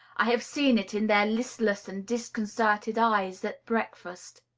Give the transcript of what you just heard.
i have seen it in their listless and disconcerted eyes at breakfast.